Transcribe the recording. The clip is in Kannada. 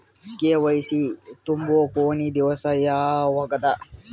ಕೆ.ವೈ.ಸಿ ತುಂಬೊ ಕೊನಿ ದಿವಸ ಯಾವಗದ?